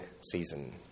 season